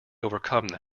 overcome